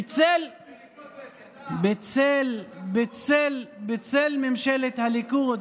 בניגוד לאביתר, בצל ממשלת הליכוד,